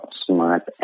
smart